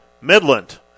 Midland